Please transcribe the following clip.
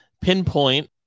pinpoint